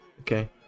okay